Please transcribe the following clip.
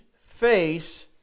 face